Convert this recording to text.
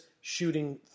shooting